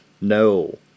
No